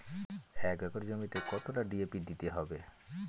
এক একর জমিতে কতটা ডি.এ.পি দিতে হবে?